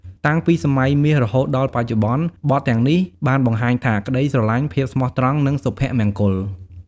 តាំងពីសម័យមាសរហូតដល់បច្ចុប្បន្ន បទទាំងនេះបានបង្ហាញថា ក្តីស្រឡាញ់ ភាពស្មោះត្រង់ និងសុភមង្គល។